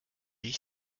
sich